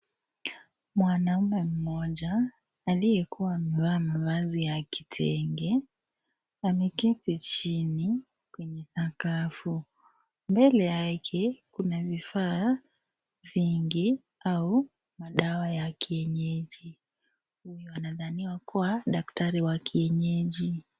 Mwanaume moja aliyekuwa amevaa mavazi ya kitenge l,ameketi chini kwenye sakafu, mbele yake kuna vifaa vingi au madawa ya kienyeji, nadhani kuwa daktari wa kienyeji.